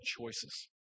choices